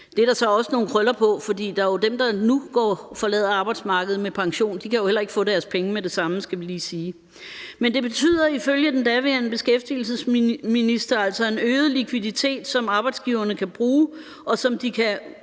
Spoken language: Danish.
Det er der så også nogle krøller på, for dem, der nu forlader arbejdsmarkedet med pension, kan jo heller ikke få deres penge med det samme, skal vi lige sige. Men det betyder ifølge den daværende beskæftigelsesminister altså en øget likviditet, som arbejdsgiverne kan bruge, og som de kan